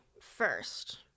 First